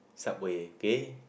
subway okay